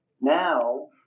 Now